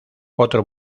otro